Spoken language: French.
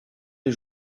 les